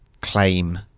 claim